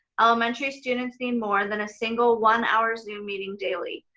elementary students need more than a single one hour zoom meeting daily.